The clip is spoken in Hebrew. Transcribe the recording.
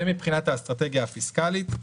זה מבחינת האסטרטגיה הפיסקלית.